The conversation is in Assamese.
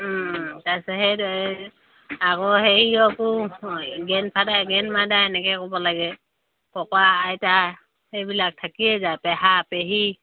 তাৰপাছত আকৌ হেৰিয়কো গেন্ড ফাদাৰ গেন্ড মাদাৰ এনেকে ক'ব লাগে ককা আইতা সেইবিলাক থাকিয়েই যায় পেহা পেহী